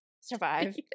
survive